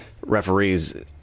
referees